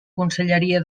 conselleria